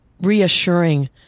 reassuring